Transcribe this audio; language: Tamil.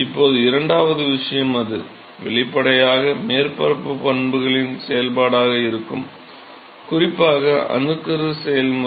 இப்போது இரண்டாவது விஷயம் அது வெளிப்படையாக மேற்பரப்பு பண்புகளின் செயல்பாடாக இருக்கும் குறிப்பாக அணுக்கரு செயல்முறை